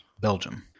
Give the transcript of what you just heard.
Belgium